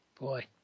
Boy